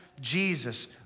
Jesus